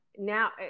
Now